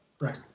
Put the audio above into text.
Right